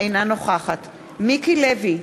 אינה נוכחת מיקי לוי,